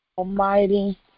Almighty